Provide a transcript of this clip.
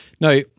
Now